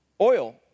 oil